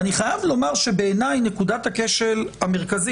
ואני חייב לומר שבעיני נקודת הכשל המרכזית,